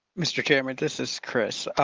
mr. chairman, this is chris.